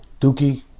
Dookie